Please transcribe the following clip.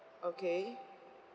okay